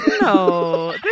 no